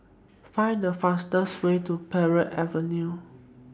Find The fastest Way to Parry Avenue